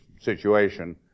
situation